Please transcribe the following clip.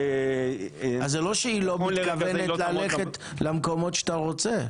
אז זה לא שהיא לא מתכוונת ללכת למקומות שאתה רוצה.